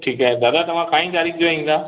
ठीकु आहे दादा तव्हां काई तारीख़ जो ईंदा